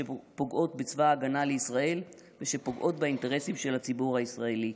שפוגעות בצבא ההגנה לישראל ושפוגעות באינטרסים של הציבור הישראלי.